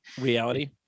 reality